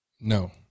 No